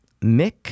Mick